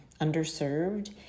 underserved